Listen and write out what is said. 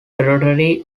territory